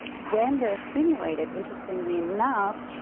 when they're stimulated interestingly enough,